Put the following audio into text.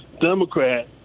Democrat